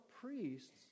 priests